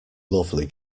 lovely